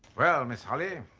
well miss holly.